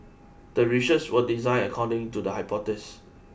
the research was designed according to the hypothesis